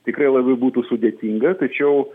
tikrai labai būtų sudėtinga tačiau